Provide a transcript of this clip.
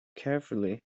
carefully